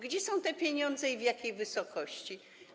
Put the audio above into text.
Gdzie są te pieniądze i w jakiej wysokości?